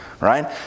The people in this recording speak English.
right